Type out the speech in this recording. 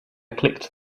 clicked